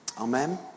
Amen